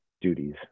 duties